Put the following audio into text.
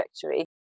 trajectory